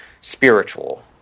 spiritual